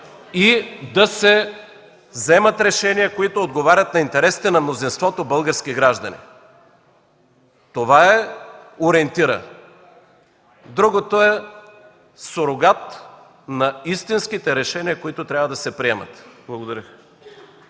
и да се вземат решения, които отговарят на интересите на мнозинството български граждани. Това е ориентирът, другото е сурогат на истинските решения, които трябва да се приемат. Благодаря.